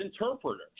interpreters